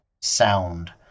sound